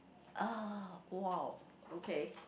uh !wow! okay